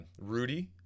Rudy